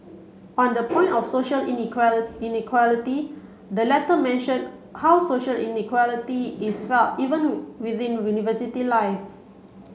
on the point of social inequality the letter mentioned how social inequality is felt even within university life